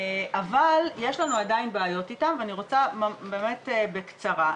אבל יש לנו עדיין בעיות איתם ואני רוצה באמת בקצרה.